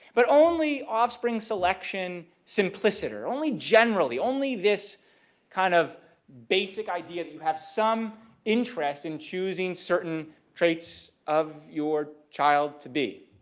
but only offspring selection simpliciter. only generally, only this kind of basic idea that you have some interest in choosing certain traits of your child to be.